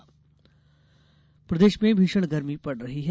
गर्मी प्रदेश में भीषण गर्मी पड़ रही है